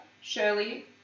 Shirley